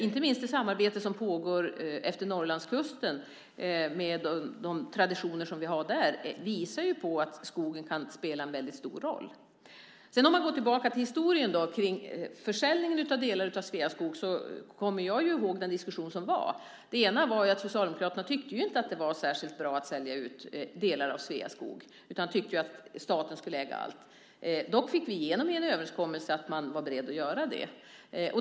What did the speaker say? Inte minst det samarbete som pågår efter Norrlandskusten, med de traditioner som finns där, visar att skogen kan spela en väldigt stor roll. Om man sedan går tillbaka till historien kring försäljningen av delar av Sveaskog kommer jag ihåg den diskussion som fördes. Socialdemokraterna tyckte ju inte att det var särskilt bra att sälja ut delar av Sveaskog utan tyckte att staten skulle äga allt. Dock fick vi igenom en överenskommelse där man var beredd att göra det.